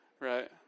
right